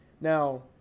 Now